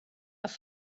auf